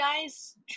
guys